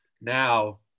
now